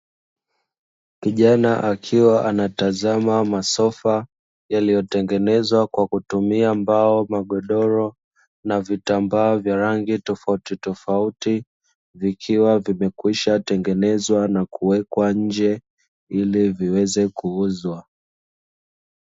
Kijana akiwa anatazama masofa yaliyotengenezwa kwa kutumia mbao, magodoro na vitambaa vya rangi tofautitofauti vikiwa vimekwisha tengenezwa na kuwekwa nje ili viweze kuuzwa.